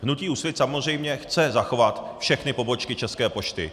Hnutí Úsvit samozřejmě chce zachovat všechny pobočky České pošty.